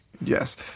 Yes